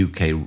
UK